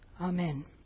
amen